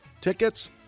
tickets